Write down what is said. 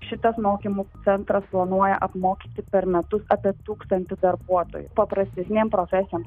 šitas mokymų centras planuoja apmokyti per metus apie tūkstantį darbuotojų paprastesnėm profesijom